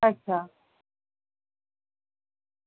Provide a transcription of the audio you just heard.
अच्छा